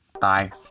bye